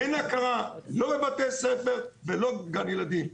אין הכרה לא בבתי ספר ולא בגני ילדים.